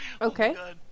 Okay